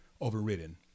overridden